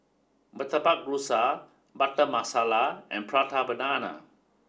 Murtabak Rusa Butter Masala and Prata Banana